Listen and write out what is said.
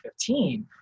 2015